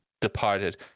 departed